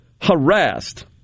harassed